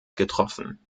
getroffen